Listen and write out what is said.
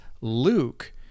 Luke